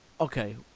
Okay